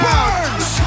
Burns